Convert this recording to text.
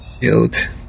Shoot